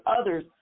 others